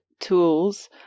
tools